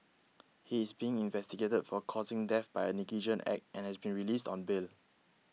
he is being investigated for causing death by a negligent act and has been released on bail